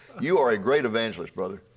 you are a great evangelist, brother.